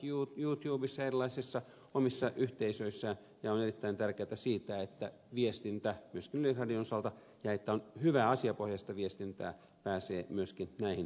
ihmiset ovat youtubessa ja erilaisissa omissa yhteisöissään ja on erittäin tärkeätä että on viestintää myöskin yleisradion osalta ja että hyvää asiapohjaista viestintää pääsee myöskin näihin ympäristöihin